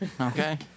Okay